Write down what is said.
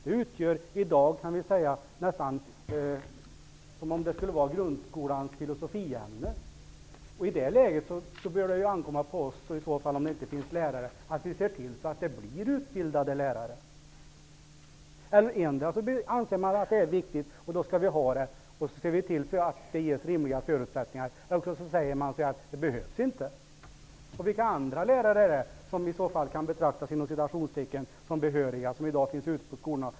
Den kan i dag sägas vara grundskolans filosofiämne. Om det inte finns lärare bör det i det läget ankomma på riksdagen att se till att det utbildas fler lärare. Endera anser vi att ämnet är viktigt, och då skall det finnas och ges rimliga förutsättningar, eller också säger vi att det inte behövs. Det finns andra lärare som kan betraktas som ''behöriga'' och som i dag finns ute på skolorna.